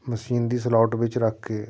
machine ਦੀ slot ਵਿੱਚ ਰੱਖ ਕੇ